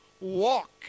walk